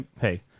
Hey